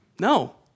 no